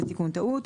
זה תיקון טעות.